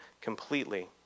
completely